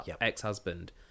ex-husband